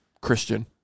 Christian